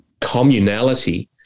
communality